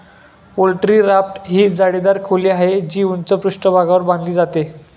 poultry raft ही जाळीदार खोली आहे, जी उंच पृष्ठभागावर बांधली जाते